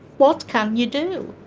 what can you do?